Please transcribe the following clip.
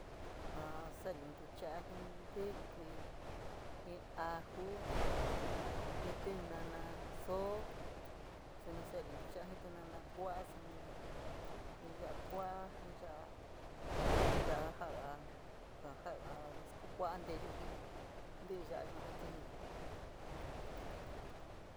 A sa’ari ín ntucha jii ntíkí, jii tínana soo suni sari ín ntucha jii tínana kua’a, jii ya’a kua’a jii ya’a ja’aga, ja ja’aga jaa sakua nteyuu jii tí’i ya’a yua jatiñuri.